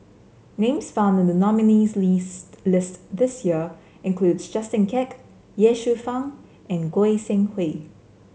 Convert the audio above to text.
names found in the nominees' list this year include Justin Quek Ye Shufang and Goi Seng Hui